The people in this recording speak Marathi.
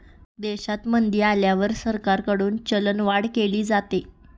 देशात मंदी आल्यावर सरकारकडून चलनवाढ केली जाते